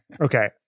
Okay